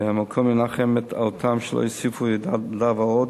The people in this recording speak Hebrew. שהמקום ינחם אותם ושלא יוסיפו לדאבה עוד.